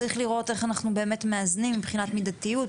צריך לראות איך אנחנו באמת מאזנים מבחינת מידתיות,